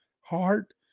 heart